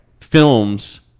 films